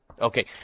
okay